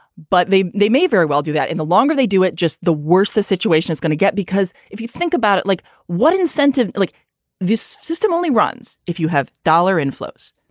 but they they may very well do that. in the longer they do it, just the worse the situation is going to get. because if you think about it like what incentive like this system only runs if you have dollar inflows.